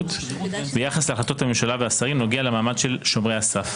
הסבירות ביחס להחלטות הממשלה והשרים נוגע למעמד של שומרי הסף.